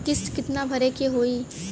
किस्त कितना भरे के होइ?